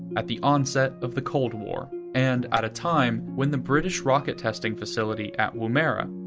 at the onset of the cold war, and at a time when the british rocket testing facility at woomera,